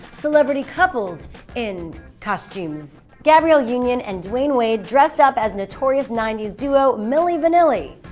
celebrity couples in costumes! gabrielle union and dwyane wade dressed up as notorious ninety s duo milli vanilli.